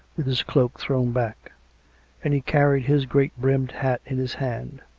with his cloak thrown back and he carried his great brimmed hat in his hand.